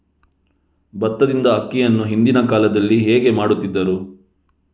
ಭತ್ತದಿಂದ ಅಕ್ಕಿಯನ್ನು ಹಿಂದಿನ ಕಾಲದಲ್ಲಿ ಹೇಗೆ ಮಾಡುತಿದ್ದರು?